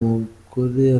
umugore